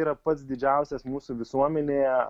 yra pats didžiausias mūsų visuomenėje